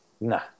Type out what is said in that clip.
No